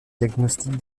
diagnostic